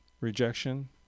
rejection